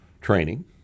training